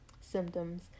symptoms